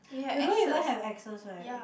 we don't even have axes right